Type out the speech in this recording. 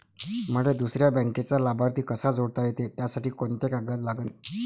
मले दुसऱ्या बँकेचा लाभार्थी कसा जोडता येते, त्यासाठी कोंते कागद लागन?